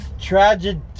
Tragedy